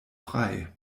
frei